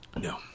No